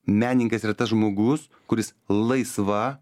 menininkas yra tas žmogus kuris laisva